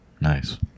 Nice